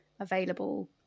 available